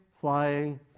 flying